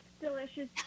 delicious